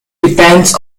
depends